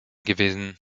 gewesen